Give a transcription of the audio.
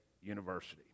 University